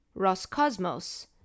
Roscosmos